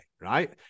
right